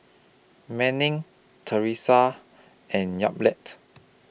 Manning Theresa and Yamilet